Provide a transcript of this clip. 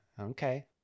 Okay